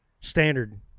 standard